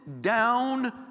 down